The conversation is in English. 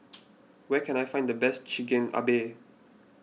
where can I find the best Chigenabe